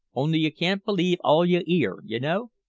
only you can't believe all you ear, you know.